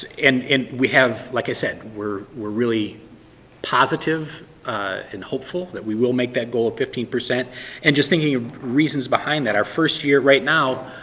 and and we have, like i said, we're we're really positive and hopeful that we will make that goal of fifteen percent and just thinking of reasons behind that, our first year right now,